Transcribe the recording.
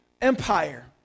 Empire